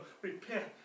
repent